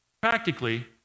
practically